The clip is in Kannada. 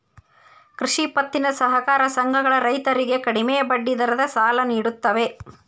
ಕೃಷಿ ಪತ್ತಿನ ಸಹಕಾರ ಸಂಘಗಳ ರೈತರಿಗೆ ಕಡಿಮೆ ಬಡ್ಡಿ ದರದ ಸಾಲ ನಿಡುತ್ತವೆ